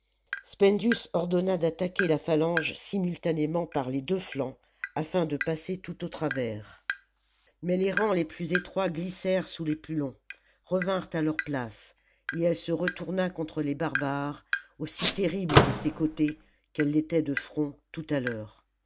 spendius ordonna d'attaquer la phalange simultanément par les deux flancs afin de passer tout au travers mais les rangs les plus étroits glissèrent sous les plus longs revinrent à leur place et elle se retourna contre les barbares aussi terrible de ses côtés qu'elle l'était de front tout à l'heure